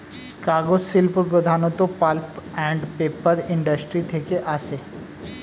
কাগজ শিল্প প্রধানত পাল্প অ্যান্ড পেপার ইন্ডাস্ট্রি থেকে আসে